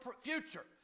future